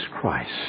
Christ